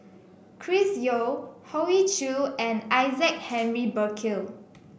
Chris Yeo Hoey Choo and Isaac Henry Burkill